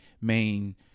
main